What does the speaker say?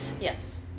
Yes